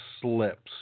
slips